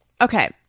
Okay